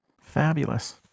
fabulous